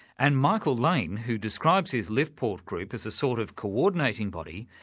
and michael laine, who describes his liftport group as a sort of co-ordinating body,